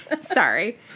Sorry